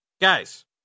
guys